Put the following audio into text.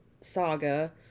saga